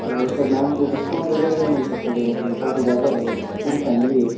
तो वैसे मैम कोई डिस्काउंट वगैरह नहीं मिल सकता क्या मतलब काफ़ी ज़्यादा है पूरी फ़ैमिली है